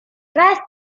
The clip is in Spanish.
tras